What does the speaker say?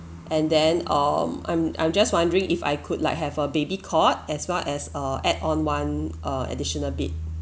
and then um I'm I'm just wondering if I could like have a baby cot as well as a add on one err additional bed